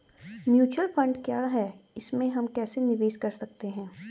Mutual fund क्या है इसमें हम कैसे निवेश कर सकते हैं?